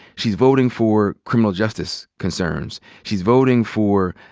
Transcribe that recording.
she's voting for criminal justice concerns. she's voting for